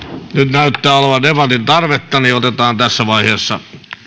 näyttää olevan debatin tarvetta joten otetaan tässä vaiheessa